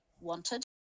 wanted